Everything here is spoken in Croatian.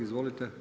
Izvolite.